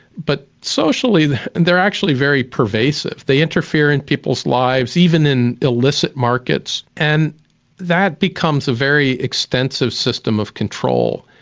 but socially they're actually very pervasive. they interfere in people's lives, even in illicit markets, and that becomes a very extensive system of control.